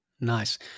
Nice